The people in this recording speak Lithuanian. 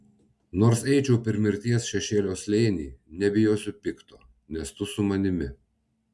nors eičiau per mirties šešėlio slėnį nebijosiu pikto nes tu su manimi